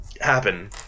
happen